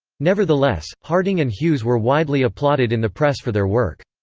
nevertheless, harding and hughes were widely applauded in the press for their work.